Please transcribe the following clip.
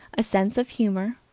a sense of humor,